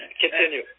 Continue